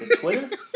Twitter